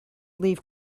leave